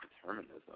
determinism